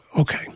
Okay